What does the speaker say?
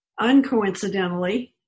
uncoincidentally